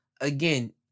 again